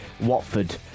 Watford